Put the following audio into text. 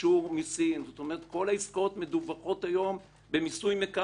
כלומר כל העסקאות מדווחות היום במיסוי מקרקעין.